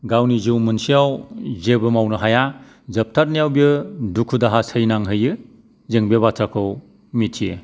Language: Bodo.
गावनि जिउ मोनसेआव जेबो मावनो हाया जोबथारनायाव बियो दुखु दाहा सैनांहैयो जों बे बाथ्राखौ मिथियो